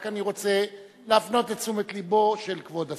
אני רק רוצה להפנות את תשומת לבו של כבוד השר,